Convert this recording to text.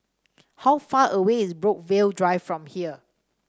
how far away is Brookvale Drive from here